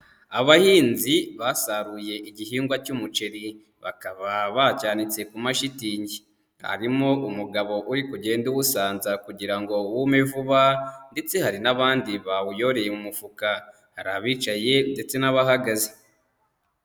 Abahinzi basaruye igihingwa cy'umuceri, bakaba bacyanitse ku mashitingi, harimo umugabo uri kugenda uwusanza kugira ngo wume vuba ndetse hari n'abandi bawuyoreye mu mufuka, hari abicaye ndetse n'abahagaze.